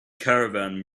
caravan